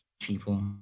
people